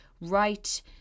right